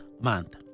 month